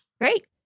Great